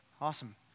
Awesome